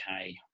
okay